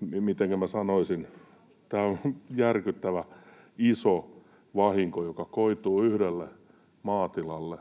minä sanoisin — järkyttävä, iso vahinko, joka koitui yhdelle maatilalle,